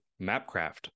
Mapcraft